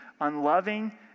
unloving